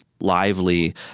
lively